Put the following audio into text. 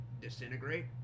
disintegrate